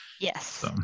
Yes